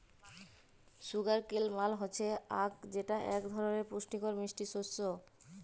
sugar cane মাল হচ্যে আখ যেটা এক ধরলের পুষ্টিকর মিষ্টি শস্য